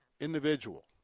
individual